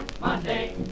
Monday